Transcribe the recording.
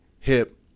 hip